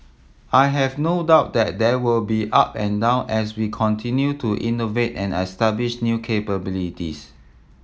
I have no doubt that there will be up and down as we continue to innovate and establish new capabilities